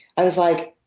i was like,